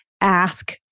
ask